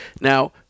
Now